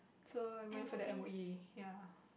so I went for the M_O_E ya